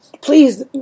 Please